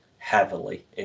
heavily